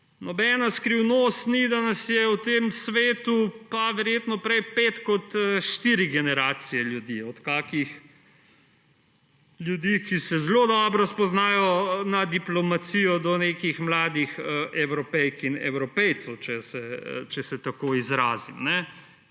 Nobena skrivnost ni, da nas je v tem svetu verjetno prej pet generacij kot štiri generacije ljudi, od kakšnih ljudi, ki se zelo dobro spoznajo na diplomacijo, do nekih mladih Evropejk in Evropejcev, če se tako izrazim.